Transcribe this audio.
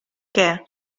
què